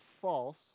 false